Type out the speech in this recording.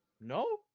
no